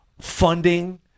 funding